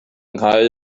nghae